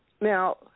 now